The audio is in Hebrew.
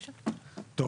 טוב,